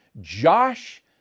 Josh